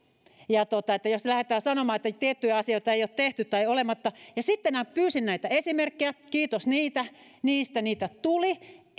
että jos lähdetään sanomaan että tiettyjä asioita ei ole tehty sitten pyysin näitä esimerkkejä kiitos niistä niitä tuli